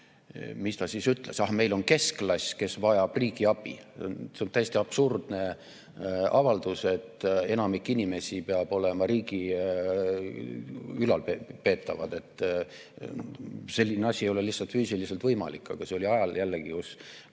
Mis ta siis ütles? Meil on keskklass, kes vajab riigi abi. See on täiesti absurdne avaldus, et enamik inimesi peab olema riigi ülalpeetavad. Selline asi ei ole lihtsalt füüsiliselt võimalik. Ja see oli jällegi sel